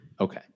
Okay